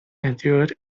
endured